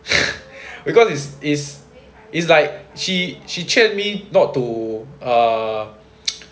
because is is is like she she treat me not to err